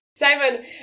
Simon